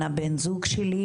בצד הטרגדיה,